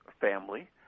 family